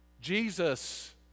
Jesus